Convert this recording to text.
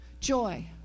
Joy